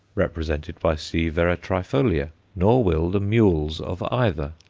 represented by c. veratraefolia, nor will the mules of either.